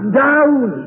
down